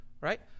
right